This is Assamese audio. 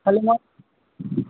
খালি মই